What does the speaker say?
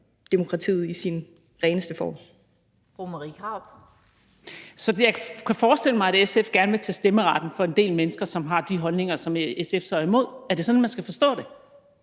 Marie Krarup (DF): Jeg kan så forestille mig, at SF gerne vil tage stemmeretten fra en del mennesker, som har de holdninger, som SF så er imod. Er det sådan, man skal forstå det?